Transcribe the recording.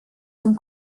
zum